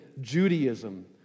Judaism